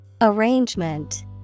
Arrangement